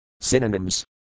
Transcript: Synonyms